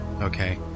okay